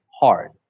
hard